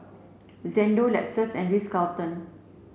Xndo Lexus and Ritz Carlton